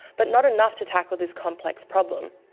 but not enough to tackle this complex problem.